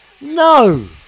No